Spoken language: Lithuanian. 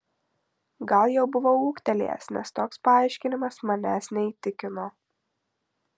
gal jau buvau ūgtelėjęs nes toks paaiškinimas manęs neįtikino